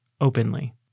openly